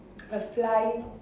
a flying